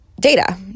Data